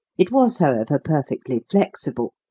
it was, however, perfectly flexible,